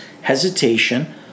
hesitation